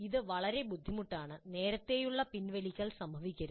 ഇത് വളരെ ബുദ്ധിമുട്ടാണ് നേരത്തെയുള്ള പിൻവലിക്കൽ സംഭവിക്കരുത്